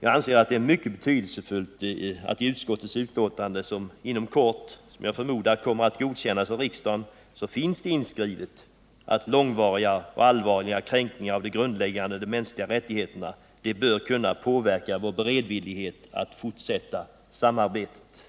Jag anser det mycket betydelsefullt att det i utskottets betänkande, som jag förmodar inom kort kommer att godkännas av riksdagen, finns inskrivet att ”långvariga och allvarliga kränkningar av grundläggande mänskliga rättigheter bör kunna påverka vår beredvillighet att fortsätta samarbetet”.